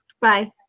Bye